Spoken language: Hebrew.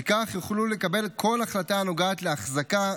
וכך יוכלו לקבל כל החלטה הנוגעת להחזקה,